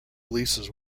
releases